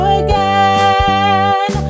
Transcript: again